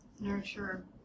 Nurture